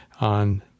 on